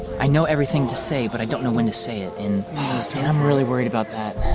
i know everything to say but i don't know when to say it in i'm really worried about that